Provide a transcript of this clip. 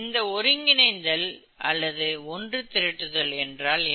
இந்த ஒருங்கிணைத்தல் அல்லது ஒன்று திரட்டுதல் என்றால் என்ன